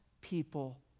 people